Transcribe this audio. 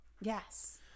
Yes